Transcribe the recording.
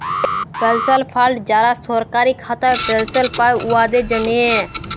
পেলশল fund যারা সরকারি খাতায় পেলশল পায়, উয়াদের জ্যনহে